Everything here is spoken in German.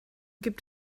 gibt